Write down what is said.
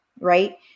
right